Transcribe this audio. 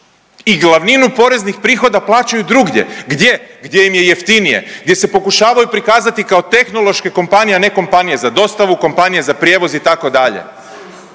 i glavninu poreznih prihoda plaćaju drugdje. Gdje? Gdje im je jeftinije, gdje se pokušavaju prikazati kao tehnološke kompanije, a ne kompanije za dostavu, kompanije za prijevoz itd.